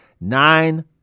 Nine